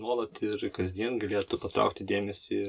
nuolat ir kasdien galėtų patraukti dėmesį